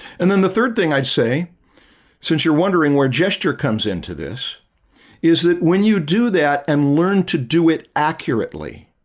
and then the third thing i'd say since you're wondering where gesture comes into this is that when you do that and learn to do it accurately